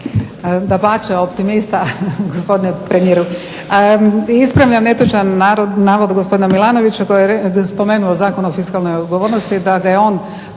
Dapače, optimista gospodine premijeru. Ispravljam netočan navod gospodina Milanovića koji je spomenuo Zakon o fiskalnoj odgovornosti da ga je on